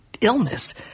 illness